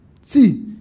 see